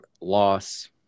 loss